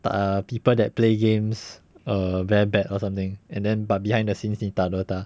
err people that play games err very bad or something and then but behind the scenes 你打 dota